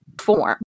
form